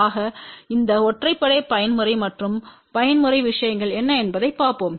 ஆக இந்த ஒற்றைப்படை பயன்முறை மற்றும் பயன்முறை விஷயங்கள் என்ன என்பதைப் பார்ப்போம்